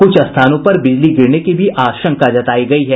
कुछ स्थानों पर बिजली गिरने की भी आशंका जतायी गयी है